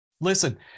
Listen